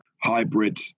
hybrid